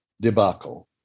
debacle